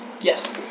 Yes